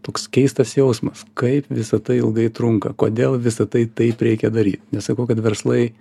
toks keistas jausmas kaip visa tai ilgai trunka kodėl visa tai taip reikia daryt nesakau kad verslai